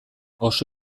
oso